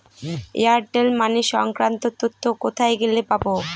Airtel money সংক্রান্ত তথ্য কোথায় গেলে পাব?